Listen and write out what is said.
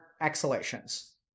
exhalations